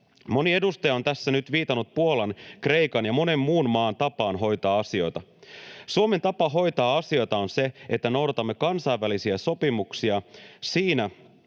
”Moni edustaja on tässä nyt viitannut Puolan, Kreikan ja monen muun maan tapaan hoitaa asioita. Suomen tapa hoitaa asioita on se, että noudatamme kansainvälisiä sopimuksia siinä,